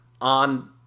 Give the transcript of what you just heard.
on